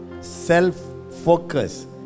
self-focus